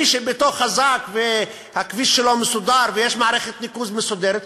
מי שביתו חזק והכביש שלו מסודר ויש מערכת ניקוז מסודרת,